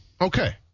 Okay